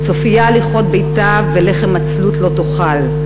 צופיה הליכות ביתה ולחם עצלות לא תאכֵל.